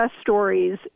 stories